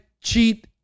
cheat